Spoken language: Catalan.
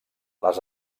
les